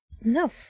no